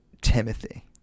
Timothy